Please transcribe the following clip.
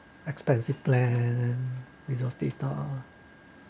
expensive plan with those data